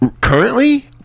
Currently